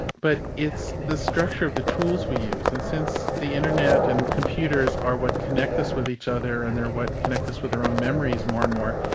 but it's the structure of the tools we use. and since the internet and computers are what connect us with each other and they're what connect us with our own memories more and more,